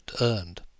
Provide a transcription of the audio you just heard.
earned